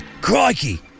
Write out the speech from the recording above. Crikey